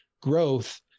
growth